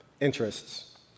interests